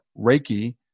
Reiki